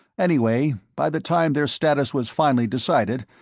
anyway, by the time their status was finally decided,